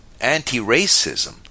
Anti-Racism